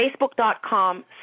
facebook.com